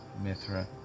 Mithra